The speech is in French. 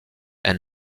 and